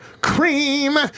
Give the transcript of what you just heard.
Cream